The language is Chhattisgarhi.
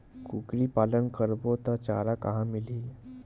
कुकरी पालन करबो त चारा कहां मिलही?